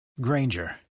Granger